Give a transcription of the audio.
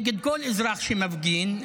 נגד כל אזרח שמפגין.